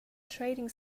trading